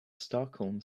stockholm